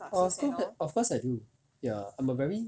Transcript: err I feel that of course I do I'm a very